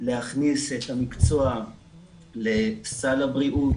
להכניס את המקצוע לסל הבריאות,